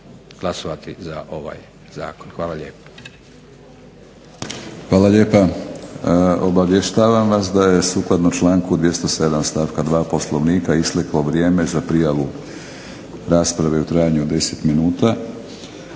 glasovati za ovaj zakon. Hvala lijepo. **Batinić, Milorad (HNS)** Hvala lijepa. Obavještavam vas da je sukladno članku 207. stavka 2. Poslovnika isteklo vrijeme za prijavu rasprave u trajanju od 10 minuta.